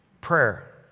Prayer